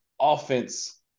offense